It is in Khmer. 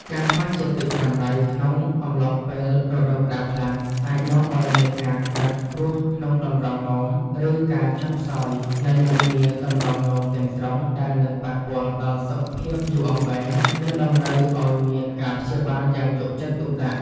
ការខ្វះជាតិទឹករ៉ាំរ៉ៃក្នុងអំឡុងពេលរដូវក្ដៅខ្លាំង អាចនាំឱ្យមានការកើតគ្រួសក្នុងតម្រងនោម ឬការចុះខ្សោយនៃមុខងារតម្រងនោមទាំងស្រុង ដែលនឹងប៉ះពាល់ដល់សុខភាពយូរអង្វែង និងតម្រូវឱ្យមានការព្យាបាលយ៉ាងយកចិត្តទុកដាក់។